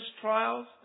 trials